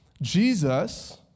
Jesus